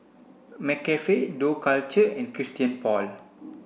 Nescafe Dough Culture and Christian Paul